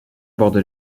borde